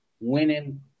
winning